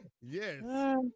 Yes